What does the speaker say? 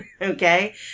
okay